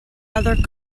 other